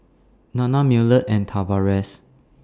Nanna Millard and Tavares